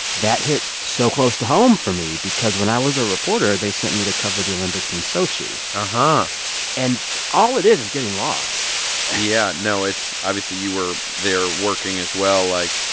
that hit so close to home for me because when i was a reporter, they sent me to cover the olympics in sochi uh-huh and all it is is getting lost yeah. no. it's obviously, you were there working as well. like,